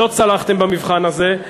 לא צלחתם במבחן הזה,